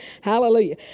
Hallelujah